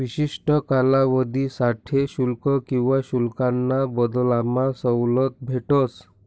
विशिष्ठ कालावधीसाठे शुल्क किवा शुल्काना बदलामा सवलत भेटस